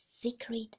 secret